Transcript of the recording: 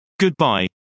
Goodbye